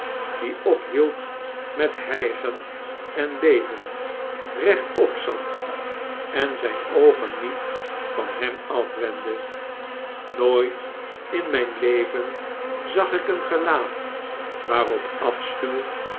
dieophield met hjjgen en heven rechtop zat en zijn oogen niet van hem afwendde nooit in mjn leven zag ik een gelaat waarop afschuw